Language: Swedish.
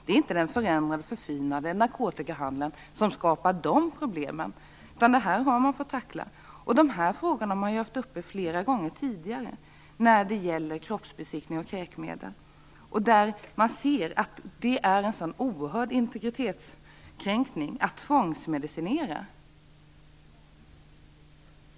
Det är inte den förändrade och förfinade narkotikahandeln som har skapat de problemen, utan det här har man fått tackla. Frågorna om kroppsbesiktning och kräkmedel har man ju också haft uppe flera gånger tidigare. Det är en oerhörd integritetskränkning att tvångsmedicinera.